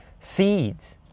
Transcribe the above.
seeds